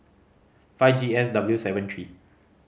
five G S W seven three